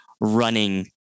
running